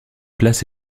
place